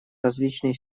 различные